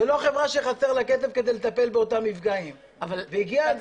זאת לא חברה שחסר לה כסף כדי לטפל באותם מפגעים והגיע הזמן.